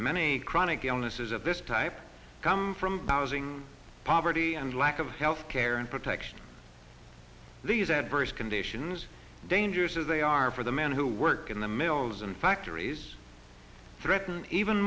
many chronic illnesses of this type come from browsing poverty and lack of health care and protection these adverse conditions dangerous as they are for the men who work in the mills and factories threaten even